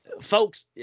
folks